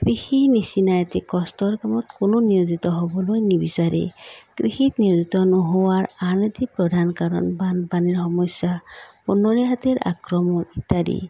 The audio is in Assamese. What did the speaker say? কৃষিৰ নিচিনা এটি কষ্টৰ কামত কোনো নিয়োজিত হ'বলৈ নিবিচাৰে কৃষিত নিয়োজিত নোহোৱাৰ আন এটি প্ৰধান কাৰণ বানপানীৰ সমস্যা বনৰীয়া হাতীৰ আক্ৰমণ ইত্যাদি